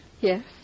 Yes